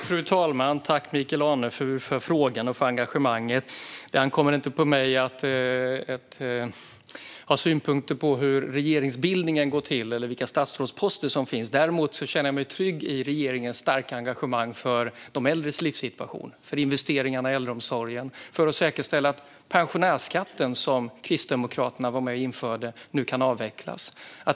Fru talman! Tack, Michael Anefur, för frågan och för engagemanget! Det ankommer inte på mig att ha synpunkter på hur regeringsbildningen går till eller vilka statsrådsposter som finns. Däremot känner jag mig trygg i regeringens starka engagemang för de äldres livssituation, för investeringarna i äldreomsorgen och för att säkerställa att den pensionärsskatt som Kristdemokraterna var med och införde nu kan avvecklas.